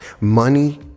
Money